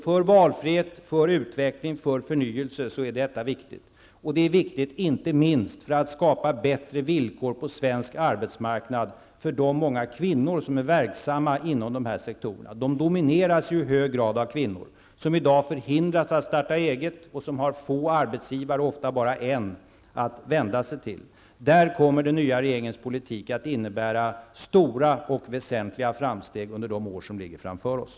För valfrihet, för utveckling och för förnyelse är detta således viktigt. Det är viktigt inte minst för att skapa bättre villkor på svensk arbetsmarknad för de många kvinnor som är verksamma inom dessa sektorer. Dessa sektorer domineras ju i hög grad av kvinnor. Dessa kvinnor är i dag förhindrade att starta eget, och de har få arbetsgivare, ofta bara en, att vända sig till. På detta område kommer den nya regeringens politik att innebära stora och väsentliga framsteg under de år som ligger framför oss.